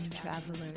travelers